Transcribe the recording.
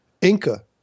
Inca